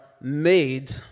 made